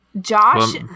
josh